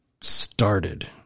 started